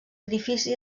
edifici